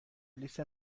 لیست